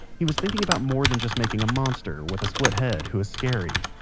he was thinking about more than just making a monster with a split head who is scary